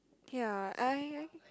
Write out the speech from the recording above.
ya I